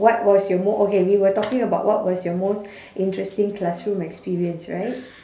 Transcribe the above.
what was your mo~ okay we were talking about what was your most interesting classroom experience right